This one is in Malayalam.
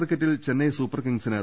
ക്രിക്കറ്റിൽ ചെന്നൈ സൂപ്പർ കിങ്സിന്